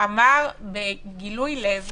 אמר פרופ' גרוטו בגילוי לב